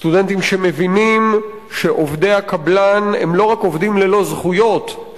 סטודנטים שמבינים שעובדי הקבלן הם לא רק עובדים ללא זכויות,